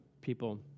people